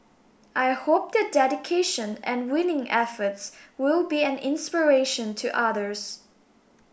I hope their dedication and winning efforts will be an inspiration to others